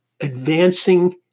advancing